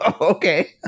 Okay